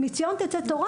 מציון תצא תורה.